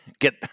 get